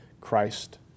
Christ